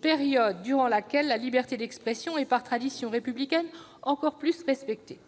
période durant laquelle la liberté d'expression est par tradition républicaine encore plus respectée.